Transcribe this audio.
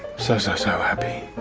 so, so, so happy.